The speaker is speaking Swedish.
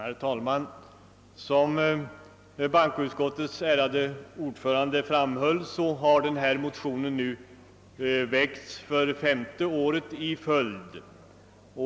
Herr talman! Som bankoutskottets ärade ordförande framhöll har denna motion nu väckts för femte året i följd.